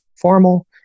formal